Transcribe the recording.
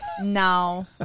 No